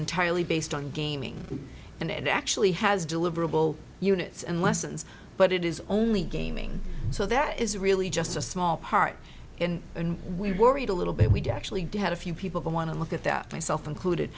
entirely based on gaming and it actually has deliverable units and lessons but it is only gaming so that is really just a small part and we're worried a little bit we do actually have a few people who want to look at that myself included